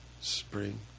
spring